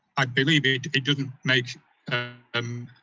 i believe it it doesn't make and